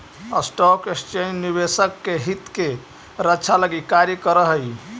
stock exchange निवेशक के हित के रक्षा लगी कार्य करऽ हइ